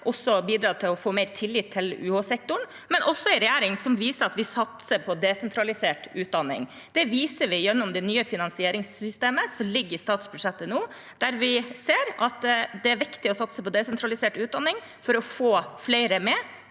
har bidratt til å få mer tillit til UH-sektoren, men også en regjering som viser at vi satser på desentralisert utdanning. Det viser vi gjennom det nye finansieringssystemet som ligger i statsbudsjettet nå, der vi ser at det er viktig å satse på desentralisert utdanning for å få flere med.